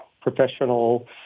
professional